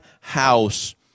house